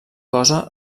cosa